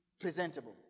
presentable